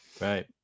right